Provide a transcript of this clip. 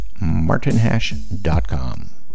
martinhash.com